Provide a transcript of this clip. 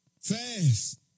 fast